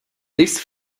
this